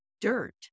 dirt